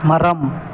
மரம்